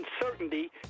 uncertainty